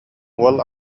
уол